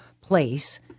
place